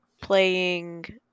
playing